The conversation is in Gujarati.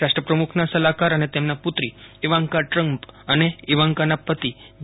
રાષ્ટ્ર પ્રમુખના સલાહકાર અને તેમના પુત્રી ઈવાન્કા ટ્રમ્પ અને ઈવાન્કાના પતિ જે